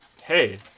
Hey